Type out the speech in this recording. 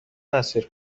اسیر